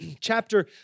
chapter